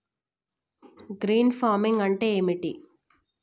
Green farming అంటే ఏమిటి?